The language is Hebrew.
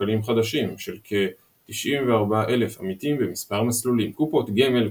של כ-94,000 עמיתים במספר מסלולים קופות גמל,